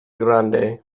grande